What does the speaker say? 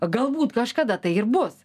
galbūt kažkada tai ir bus